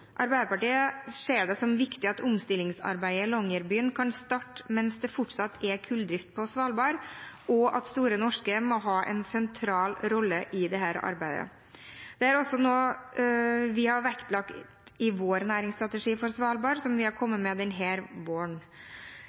Arbeiderpartiet ser det som viktig at omstillingsarbeidet i Longyearbyen kan starte mens det fortsatt er kulldrift på Svalbard, og at Store Norske må ha en sentral rolle i dette arbeidet. Dette er også noe vi har vektlagt i vår næringsstrategi for Svalbard, som vi har kommet med denne våren.